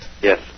Yes